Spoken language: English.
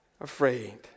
afraid